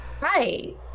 Right